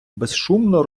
безшумно